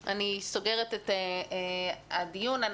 אני סוגרת את הדיון.